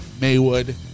Maywood